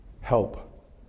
help